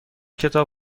کتاب